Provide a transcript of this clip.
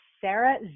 Sarah